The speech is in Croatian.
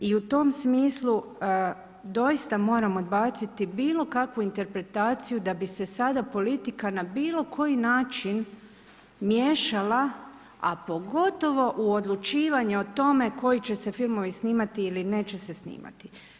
I u tom smislu, doista moram odbaciti bilo kakvu interpretaciju, da bi se sada politika na bilo kji način miješala a pogotovo u odlučivanju o tome, koji će se filmovi snimati ili neće se snimati.